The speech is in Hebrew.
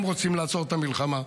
הם רוצים לעצור את המלחמה.